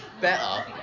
better